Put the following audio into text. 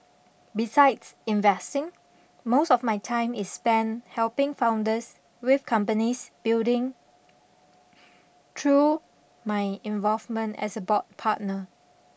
besides investing most of my time is spent helping founders with companies building through my involvement as a board partner